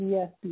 Yes